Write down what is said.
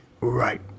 Right